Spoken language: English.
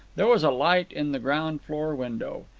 there was a light in the ground-floor window.